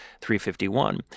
351